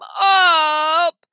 up